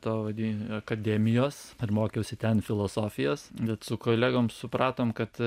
to vadi akademijos ir mokiausi ten filosofijo bet su kolegom supratom kad